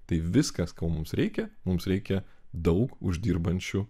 tai viskas ko mums reikia mums reikia daug uždirbančių